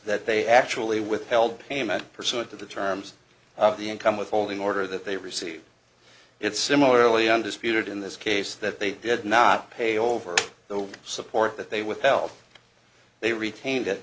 that they actually withheld payment pursuant to the terms of the income withholding order that they received it similarly undisputed in this case that they did not pay over the support that they withheld they retained it